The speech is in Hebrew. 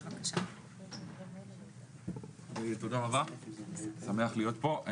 תודה רבה, אני שמח להיות פה.